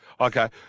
Okay